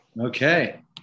Okay